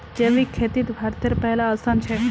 जैविक खेतित भारतेर पहला स्थान छे